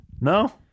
No